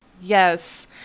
Yes